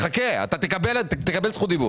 חכה, אתה תקבל זכות דיבור.